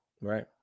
right